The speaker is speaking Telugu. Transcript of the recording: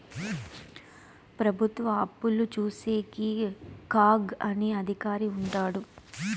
ప్రభుత్వ అప్పులు చూసేకి కాగ్ అనే అధికారి ఉంటాడు